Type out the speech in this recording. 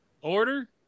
order